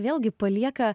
vėlgi palieka